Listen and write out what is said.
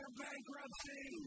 bankruptcy